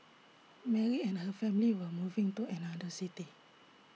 Mary and her family were moving to another city